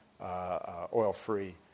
oil-free